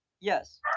Yes